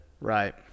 right